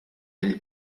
del